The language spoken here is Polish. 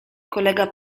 kolega